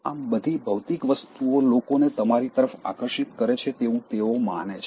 આમ બધી ભૌતિક વસ્તુઓ લોકોને તમારી તરફ આકર્ષિત કરે છે તેવું તેઓ માને છે